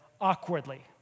awkwardly